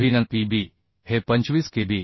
Vnpb हे 25 Kb